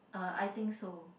uh I think so